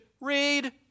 Read